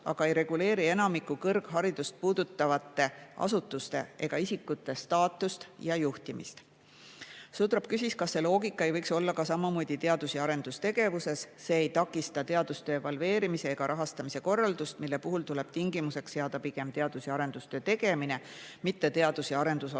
aga ei reguleeri enamikku kõrgharidust puudutavate asutuste ega isikute staatust ja juhtimist. Ma küsisin, kas see loogika ei võiks olla samamoodi teadus- ja arendustegevuses. See ei takista teadustöö evalveerimise rahastamise korraldust, mille puhul tuleb tingimuseks seada pigem teadus- ja arendustöö tegemine, mitte teadus- ja arendusasutuseks